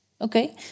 Okay